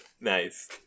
Nice